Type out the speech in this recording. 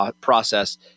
process